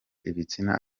ibitsina